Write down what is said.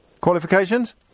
Qualifications